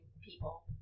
people